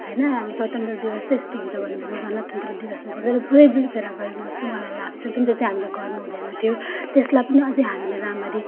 होइन हाम्रो स्वतन्त्र दिवस त यस्तो हुन्छ गणतन्त्र दिवसलाई चाहिँ पुरा बिर्सिएर गएको जस्तो मलाई लाग्छ जुन चाहिँ चाहिँ हामीले गर्नुहुँदैन थियो त्यसलाई पनि अझै हामीले राम्ररी